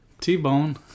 T-Bone